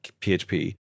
PHP